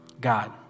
God